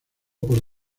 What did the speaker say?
por